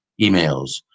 emails